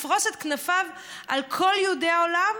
לפרוס את כנפיו על כל יהודי העולם,